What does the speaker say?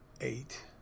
eight